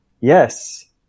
Yes